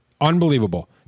Unbelievable